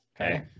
Okay